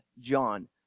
John